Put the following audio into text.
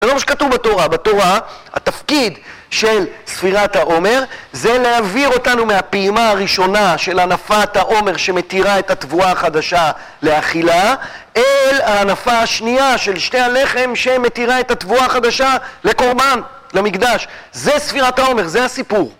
זה לא מה שכתוב בתורה, בתורה התפקיד של ספירת העומר זה להעביר אותנו מהפעימה הראשונה של הנפת העומר שמתירה את התבואה החדשה לאכילה, אל ההנפה השנייה של שתי הלחם שמתירה את התבואה החדשה לקורבן, למקדש, זה ספירת העומר, זה הסיפור.